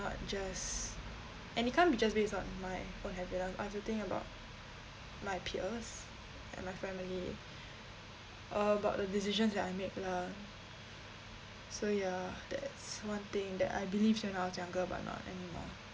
just and it can't be just based on my own happiness I have to think about my peers and my family about the decisions that I make lah so ya that's one thing that I believed when I was younger but not anymore